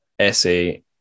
essay